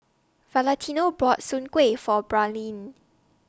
Valentino bought Soon Kway For Braelyn